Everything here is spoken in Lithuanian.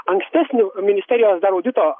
ankstesnių ministerijos dar audito